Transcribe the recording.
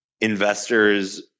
investors